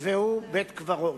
והוא בית-קברות.